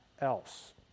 else